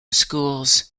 schools